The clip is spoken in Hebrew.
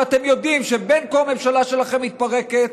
כשאתם יודעים שבין כה הממשלה שלכם מתפרקת,